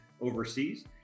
overseas